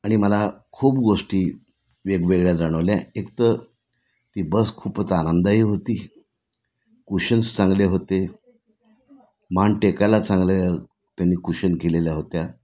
आणि मला खूप गोष्टी वेगवेगळ्या जाणवल्या एकतर ती बस खूपच आरामदायी होती कुशन्स चांगले होते मान टेकायला चांगल्या त्यांनी कुशन केलेल्या होत्या